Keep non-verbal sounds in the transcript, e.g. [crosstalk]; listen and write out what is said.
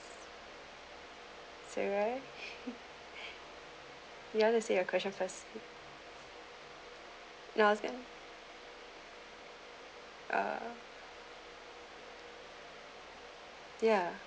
serah [laughs] you want to say your question first uh ya